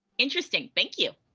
interesting. thank you.